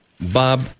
Bob